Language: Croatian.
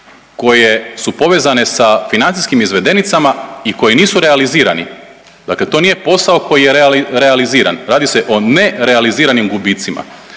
koje su povezane sa financijskim izvedenicama i koji nisu realizirani, dakle to nije posao koji je realiziran, radi se o nerealiziranim gubicima.